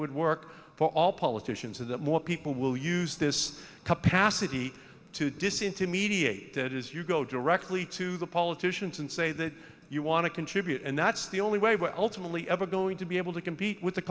would work for all politicians and that more people will use this capacity to disinter mediate that is you go directly to the politicians and say that you want to contribute and that's the only way we're ultimately ever going to be able to compete with the